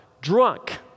Drunk